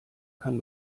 kann